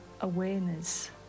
awareness